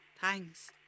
Thanks